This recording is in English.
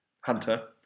Hunter